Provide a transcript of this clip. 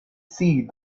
see